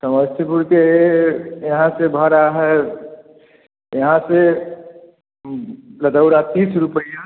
समस्तीपुर के यहाँ से भाड़ा है यहाँ से गदोरा तीस रुपये